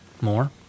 More